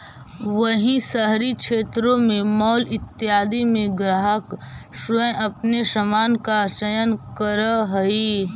वहीं शहरी क्षेत्रों में मॉल इत्यादि में ग्राहक स्वयं अपने सामान का चयन करअ हई